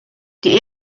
die